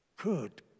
Good